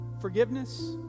forgiveness